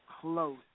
close